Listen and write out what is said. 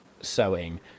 sewing